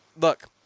Look